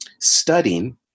studying